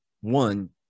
one